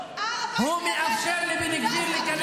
שמונה כניסות להר הבית.